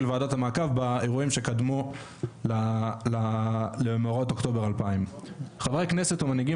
ועדת המעקב באירועים שקדמו למאורעות אוקטובר 2000. חברי כנסת ומנהיגים